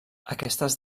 aquestes